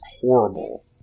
horrible